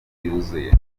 yuzuye